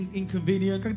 inconvenient